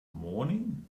morning